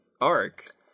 arc